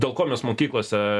dėl ko mes mokyklose